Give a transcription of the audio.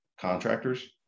contractors